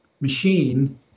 machine